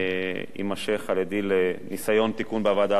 יימשך על-ידי לניסיון תיקון בוועדה,